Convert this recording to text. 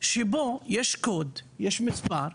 שבו יש קוד, מספר,